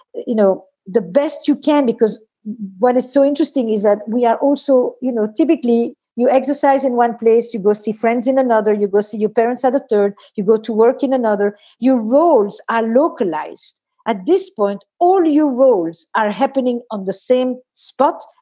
you know the best you can, because what is so interesting is that we are also you know, typically you exercise in one place. you go see friends in another, you go see your parents, ed, you go to work in another. your roles are localized at this point. all your roles are happening on the same spot,